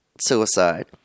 suicide